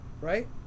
right